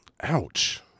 Ouch